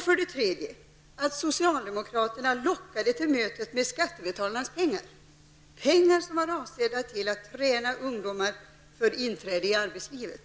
För det tredje lockade socialdemokraterna ungdomar till detta möte med skattebetalarnas pengar, pengar som är avsedda att träna ungdomar inför inträde i arbetslivet.